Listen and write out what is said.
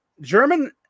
German